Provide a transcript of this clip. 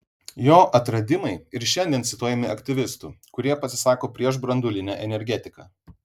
jo atradimai ir šiandien cituojami aktyvistų kurie pasisako prieš branduolinę energetiką